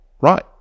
right